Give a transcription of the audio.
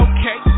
Okay